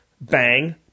bang